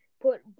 put